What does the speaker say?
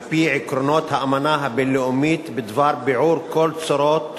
על-פי עקרונות האמנה הבין-לאומית בדבר ביעור כל צורות